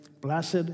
Blessed